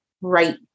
right